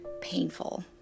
painful